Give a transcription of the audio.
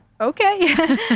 okay